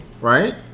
right